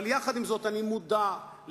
אבל יחד עם זאת אני מודע לגילויים